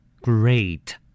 Great